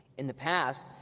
in the past,